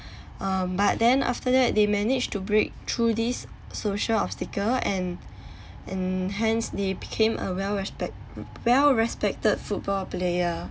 but then after that they managed to break through these social obstacle and hence they became a well respect well respected football player